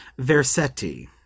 Versetti